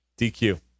DQ